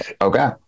okay